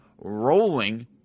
rolling